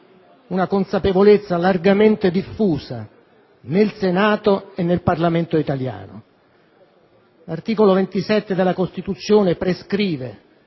una consapevolezza largamente diffusa nel Senato e nel Parlamento italiano. L'articolo 27 della Costituzione prescrive